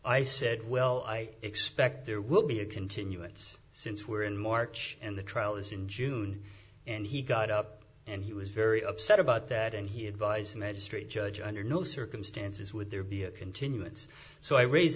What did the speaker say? i said well i expect there will be a continuance since we are in march and the trial is in june and he got up and he was very upset about that and he advised the magistrate judge under no circumstances would there be a continuance so i raise